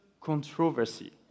controversy